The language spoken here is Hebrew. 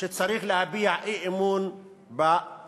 שצריך בגללה להביע אי-אמון בממשלה,